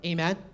Amen